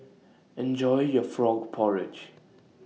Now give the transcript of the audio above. Enjoy your Frog Porridge